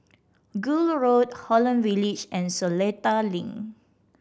Gul Road Holland Village and Seletar Link